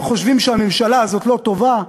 אם חושבים שהממשלה הזאת לא טובה,